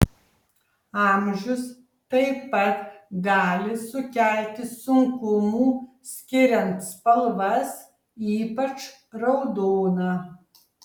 amžius taip pat gali sukelti sunkumų skiriant spalvas ypač raudoną